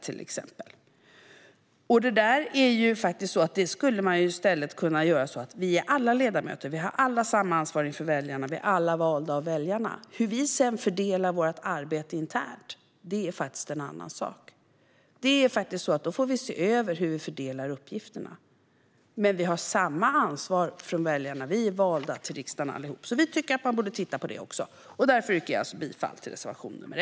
Vi skulle faktiskt i stället kunna se det på ett annat sätt. Vi är alla ledamöter, vi har alla samma ansvar inför väljarna och vi är alla valda av väljarna. Hur vi sedan fördelar vårt arbete internt är faktiskt en annan sak; då får vi se över hur vi fördelar uppgifterna. Vi har dock samma ansvar gentemot väljarna, för vi är allihop valda till riksdagen. Vi tycker att man borde titta också på detta, och därför yrkar jag alltså bifall till reservation nr 1.